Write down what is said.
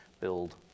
build